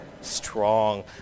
Strong